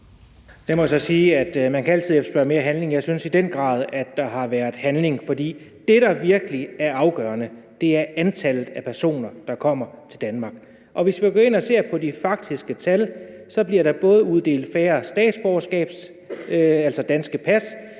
at man altid kan efterspørge mere handling. Jeg synes i den grad, at der har været handling. For det, der virkelig er afgørende, er antallet af personer, der kommer til Danmark, og hvis vi går ind og ser på de faktiske tal, bliver der uddelt færre danske pas,